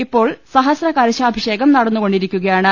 ഇപ്പോൾ സഹസ്ര കലശാഭിഷേകം നടന്നുകൊണ്ടിരിക്കുകയാണ്